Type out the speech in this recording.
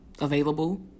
available